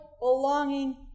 belonging